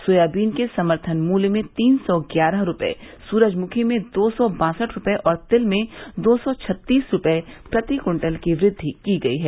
soybean के समर्थन मूल्य में तीन सौ ग्यारह रुपये सुरजमुखी में दो सौ बासठ रुपये और तिल में दो सौ छत्तीस रुपये प्रति क्विंटल की वृद्धि की है